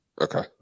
Okay